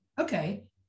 okay